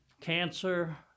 cancer